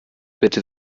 bitte